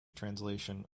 translation